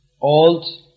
old